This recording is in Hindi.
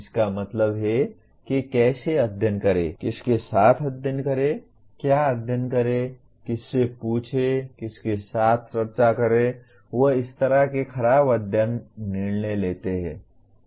इसका मतलब है कि कैसे अध्ययन करें किसके साथ अध्ययन करें क्या अध्ययन करें किससे पूछें किसके साथ चर्चा करें वे इस तरह के खराब अध्ययन निर्णय लेते हैं